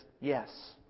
yes